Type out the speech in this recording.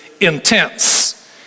intense